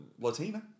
Latina